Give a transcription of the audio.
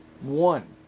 one